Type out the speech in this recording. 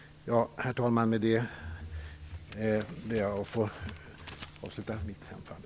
Herr talman! Med detta ber jag att få avsluta mitt anförande.